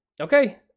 okay